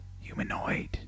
Humanoid